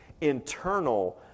internal